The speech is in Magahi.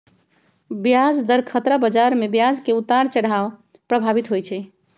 ब्याज दर खतरा बजार में ब्याज के उतार चढ़ाव प्रभावित होइ छइ